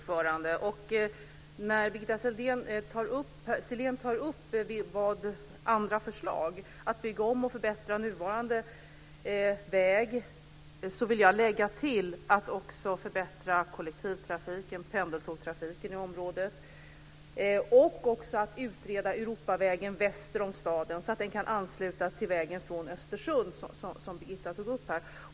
Fru talman! När Birgitta Sellén tar upp andra förslag om att bygga om och förbättra nuvarande väg, vill jag lägga till att också förbättra kollektivtrafiken, pendeltågtrafiken i området, och att utreda Europavägens sträckning väster om staden så att den kan ansluta till vägen från Östersund.